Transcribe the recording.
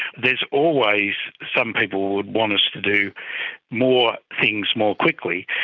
there's always, some people would want us to do more things more quickly.